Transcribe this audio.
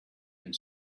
and